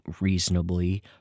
reasonably